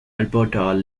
alberta